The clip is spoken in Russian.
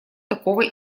такого